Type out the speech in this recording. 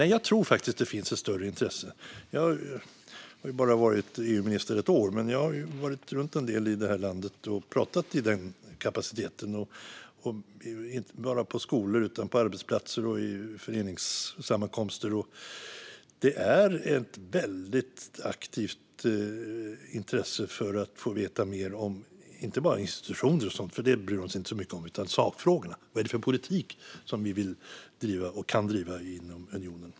Jag tror faktiskt att det finns ett större intresse. Jag har bara varit EU-minister ett år. Men jag har varit runt en del i landet och pratat i den kapaciteten. Jag har inte bara varit på skolor utan på arbetsplatser och vid föreningssammankomster. Det är ett väldigt aktivt intresse för att få veta mer om inte bara institutioner. Det bryr de sig inte så mycket om. Det handlar om sakfrågorna. Vad är det för politik som vi vill driva och kan driva inom unionen?